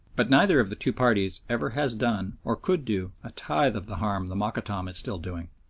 but neither of the two parties ever has done, or could do, a tithe of the harm the mokattam is still doing.